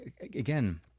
again